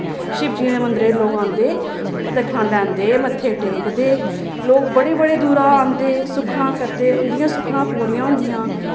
शिवजियें दे मन्दरै लोग आंदे प्रतक्खनां लैंदे मत्थे टेकदे लोग बड़े बड़े दूरा आंदे सुक्खनां करदे उंदियां सुक्खनां पूरियां होंदियां